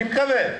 אני מקווה.